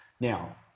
Now